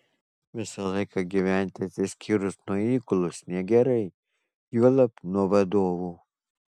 visą laiką gyventi atsiskyrus nuo įgulos negerai juolab nuo vadovų